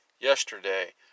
Yesterday